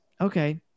okay